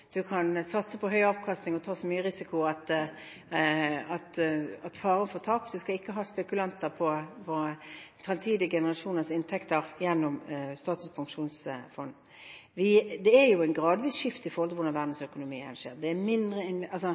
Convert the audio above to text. kan satse på høy avkastning og ta så mye risiko at det er fare for tap. En skal ikke spekulere i fremtidige generasjoners inntekter gjennom Statens pensjonsfond. Det er jo et gradvis skifte i hvordan